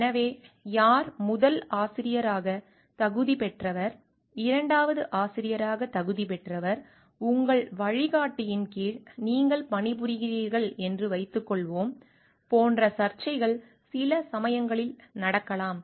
எனவே யார் முதல் ஆசிரியராக தகுதி பெற்றவர் இரண்டாவது ஆசிரியராக தகுதி பெற்றவர் உங்கள் வழிகாட்டியின் கீழ் நீங்கள் பணிபுரிகிறீர்கள் என்று வைத்துக் கொள்வோம் போன்ற சர்ச்சைகள் சில சமயங்களில் நடக்கலாம்